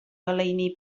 ngoleuni